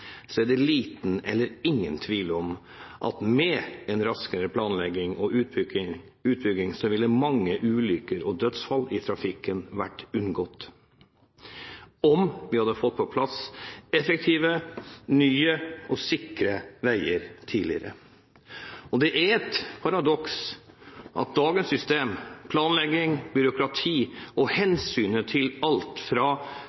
er det liten eller ingen tvil om at med en raskere planlegging og utbygging, ville mange ulykker og dødsfall i trafikken vært unngått om vi hadde fått på plass effektive, nye og sikre veier tidligere. Det er et paradoks at med dagens system, planlegging og byråkrati blir hensynet til alt fra